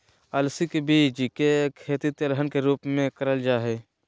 अलसी के बीज के खेती तेलहन के रूप मे करल जा हई